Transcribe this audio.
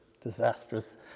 disastrous